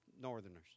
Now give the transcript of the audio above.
northerners